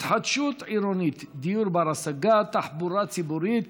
התחדשות עירונית, דיור בר-השגה, תחבורה ציבורית,